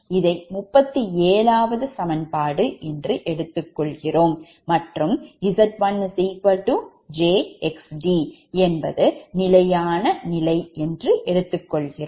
இதை 37வது சமன்பாடு என்று எடுத்து உள்ளோம் மற்றும் Z1 jXd என்பது நிலையான நிலை என்று எடுத்துக் கொள்கிறோம்